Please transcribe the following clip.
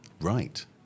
Right